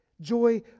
joy